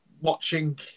watching